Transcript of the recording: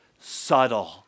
Subtle